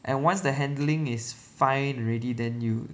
and once the handling is fine already then you